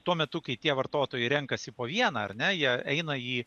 tuo metu kai tie vartotojai renkasi po vieną ar ne jie eina į